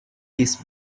this